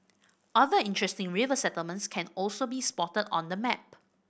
other interesting river settlements can also be spotted on the map